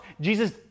Jesus